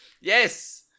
Yes